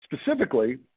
Specifically